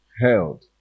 Held